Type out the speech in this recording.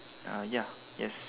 uh ya yes